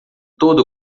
todo